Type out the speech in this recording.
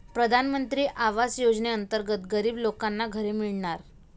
प्रधानमंत्री आवास योजनेअंतर्गत गरीब लोकांना घरे मिळणार